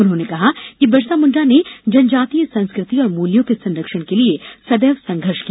उन्होंने कहा कि बिरसामुण्डा ने जनजातीय संस्कृति और मूल्यों के संरक्षण के लिये सदैव संघर्ष किया